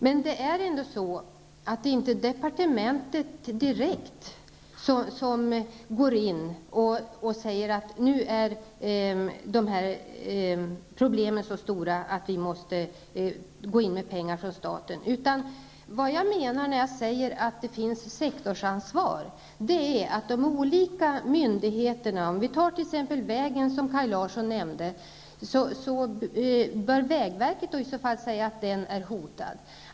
Men det är inte departementet direkt som skall gå in och säga att dessa problem nu är så stora att staten måste gå in med pengar. Vad jag menar när jag säger att det finns sektorsansvar är att det är de olika myndigheterna som skall ta initiativ. När det gäller t.ex. den väg som Kaj Larsson nämnde bör vägverket säga att den är hotad.